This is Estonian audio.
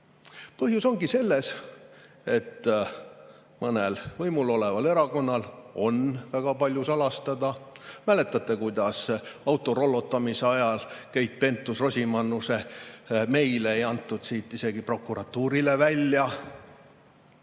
Põhjus ongi selles, et mõnel võimul oleval erakonnal on väga palju salastada. Mäletate, kuidas autorollotamise ajal Keit Pentus-Rosimannuse meile ei antud siit isegi prokuratuurile välja?